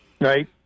Right